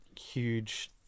huge